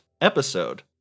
episode